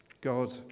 God